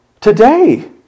Today